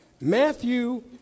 Matthew